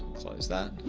close that.